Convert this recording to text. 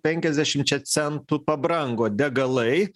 penkiasdešimčia centų pabrango degalai